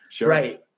Right